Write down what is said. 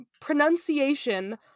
pronunciation